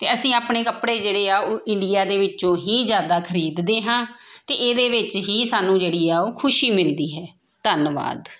ਅਤੇ ਅਸੀਂ ਆਪਣੇ ਕੱਪੜੇ ਜਿਹੜੇ ਆ ਉਹ ਇੰਡੀਆ ਦੇ ਵਿੱਚੋਂ ਹੀ ਜ਼ਿਆਦਾ ਖਰੀਦਦੇ ਹਾਂ ਅਤੇ ਇਹਦੇ ਵਿੱਚ ਹੀ ਸਾਨੂੰ ਜਿਹੜੀ ਆ ਉਹ ਖੁਸ਼ੀ ਮਿਲਦੀ ਹੈ ਧੰਨਵਾਦ